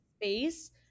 space